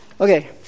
Okay